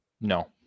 no